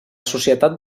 societat